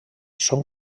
són